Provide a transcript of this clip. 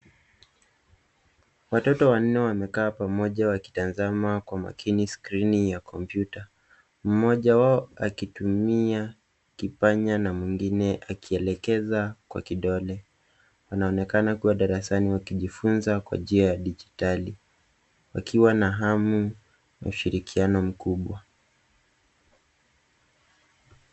Watoto wanne wamekaa pamoja wakitazama kwa makini skrini ya kompyuta. Mmoja wao akitumia kipanya na mwingine akielekeza kwa kidole. Anaonekana kuwa darasani wakijifunza kwa njia ya dijitali wakiwa na hamu ushirikiano mkubwa.